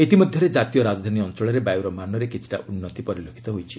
ଇତିମଧ୍ୟରେ ଜାତୀୟ ରାଜଧାନୀ ଅଞ୍ଚଳରେ ବାୟୁର ମାନରେ କିଛିଟା ଉନ୍ନତି ପରିଲକ୍ଷିତ ହୋଇଛି